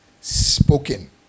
spoken